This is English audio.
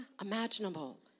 imaginable